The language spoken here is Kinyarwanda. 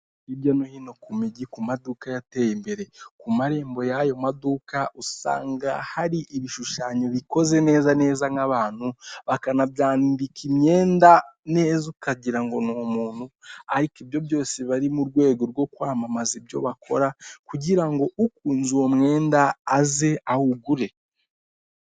Hirya no hino ku mijyi ku maduka yateye imbere ku marembo yayo maduka usanga hari ibishushanyo bikoze neza neza nk'abantu bakanabyambika imyenda neza ukagira ngo ni umuntu ariko ibyo byose aba ari mu rwego rwo kwamamaza ibyo bakora kugira ngo ukunze uwo mwenda aze awugure.